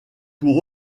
pour